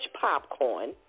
popcorn